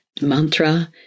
mantra